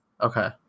Okay